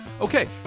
Okay